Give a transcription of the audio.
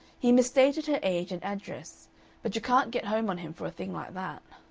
he misstated her age and address but you can't get home on him for a thing like that.